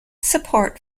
support